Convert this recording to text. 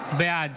בעד